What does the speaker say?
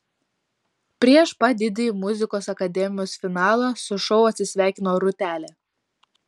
prieš pat didįjį muzikos akademijos finalą su šou atsisveikino rūtelė